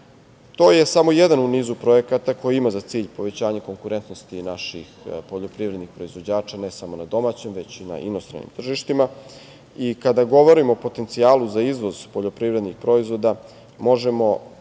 To je samo jedan u nizu projekata koji ima za cilj povećanje konkurentnosti naših poljoprivrednih proizvođača, ne samo na domaćem, već i na inostranim tržištima. Kada govorimo o potencijalu za izvoz poljoprivrednih proizvoda, možemo